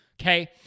okay